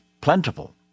plentiful